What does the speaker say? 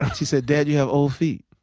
she said, dad, you have old feet.